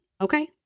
Okay